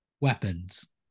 weapons